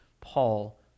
Paul